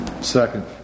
Second